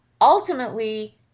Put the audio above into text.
Ultimately